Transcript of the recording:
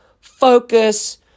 focus